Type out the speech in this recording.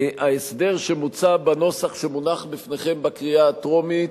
ההסדר שמוצע בנוסח שמונח בפניכם לקריאה הטרומית